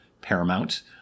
Paramount